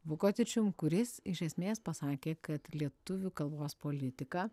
vukotičium kuris iš esmės pasakė kad lietuvių kalbos politika